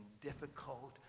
difficult